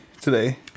today